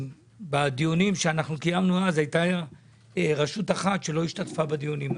בדיונים שקיימנו אז הייתה רשות אחת שלא השתתפה בדיונים האלה.